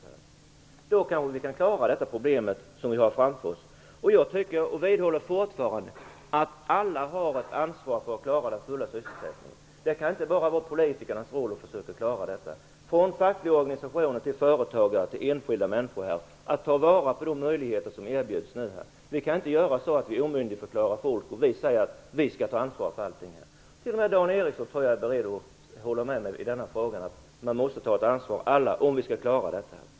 Då kan vi kanske klara de problem som vi har framför oss. Jag tycker och vidhåller fortfarande att alla har ett ansvar för att klara den fulla sysselsättningen. Det kan inte bara vara politikernas roll att försöka att klara detta. Fackliga organisationer, företagare och enskilda människor måste ta vara på de möjligheter som nu erbjuds. Vi kan inte omyndigförklara folk och säga att vi skall ta ansvar för allting. Jag tror att t.o.m. Dan Ericsson är beredd att hålla med mig om att alla måste ta ett ansvar om vi skall klara detta.